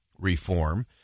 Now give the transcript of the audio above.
Reform